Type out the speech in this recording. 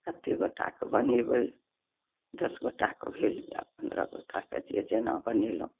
कत्ते गोटा कए बनेबय दस गोटाके भेल या पन्द्रह गोटाके जे जेना बनेलहुँ